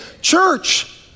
church